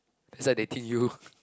that's I dating you